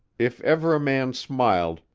if ever a man smiled,